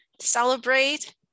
celebrate